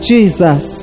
Jesus